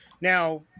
Now